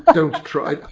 but don't try.